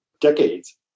decades